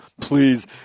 Please